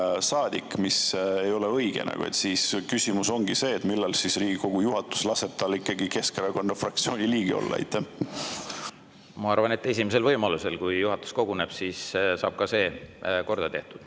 mis ei ole õige. Küsimus ongi see, millal siis Riigikogu juhatus laseb tal ikkagi Keskerakonna fraktsiooni liikmeks saada. Ma arvan, et esimesel võimalusel. Kui juhatus koguneb, siis saab see korda tehtud.